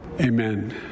Amen